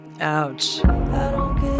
Ouch